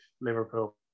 Liverpool